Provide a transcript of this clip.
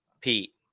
Pete